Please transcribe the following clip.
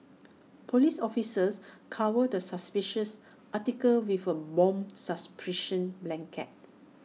Police officers covered the suspicious article with A bomb suppression blanket